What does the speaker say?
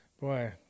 Boy